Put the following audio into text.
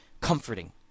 comforting